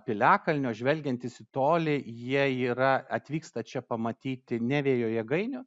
piliakalnio žvelgiantys į tolį jie yra atvyksta čia pamatyti ne vėjo jėgainių